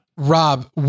Rob